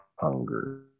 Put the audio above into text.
hunger